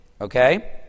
okay